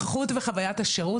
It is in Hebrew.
איכות וחווית השירות,